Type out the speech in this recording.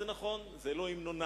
זה נכון, זה לא המנונם.